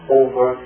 over